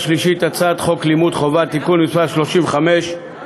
שלישית את הצעת חוק לימוד חובה (תיקון מס' 35),